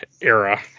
era